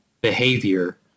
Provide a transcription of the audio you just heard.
behavior